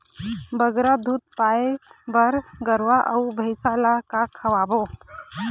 बगरा दूध पाए बर गरवा अऊ भैंसा ला का खवाबो?